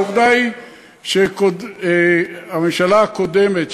העובדה היא שהממשלה הקודמת,